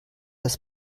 das